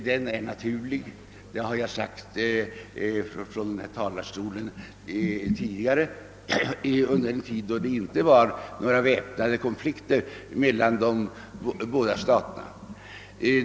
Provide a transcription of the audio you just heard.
Den är naturlig, vilket jag framhållit från den här talarstolen tidigare redan under den tid då det inte förekom några yttre konflikter mellån de båda staterna.